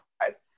guys